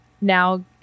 now